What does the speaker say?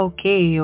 Okay